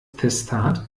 testat